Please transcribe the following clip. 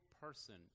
person